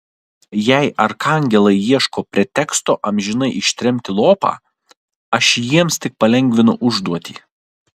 jei arkangelai ieško preteksto amžinai ištremti lopą aš jiems tik palengvinu užduotį